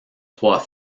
trois